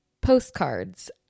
Postcards